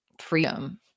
freedom